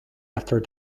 after